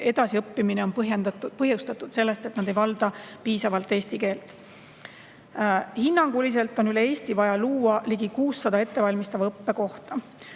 edasiõppimine on põhjustatud sellest, et nad ei valda piisavalt eesti keelt. Hinnanguliselt on üle Eesti vaja luua ligi 600 ettevalmistava õppe kohta.